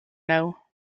know